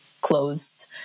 closed